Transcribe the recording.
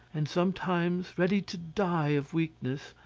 and sometimes ready to die of weakness,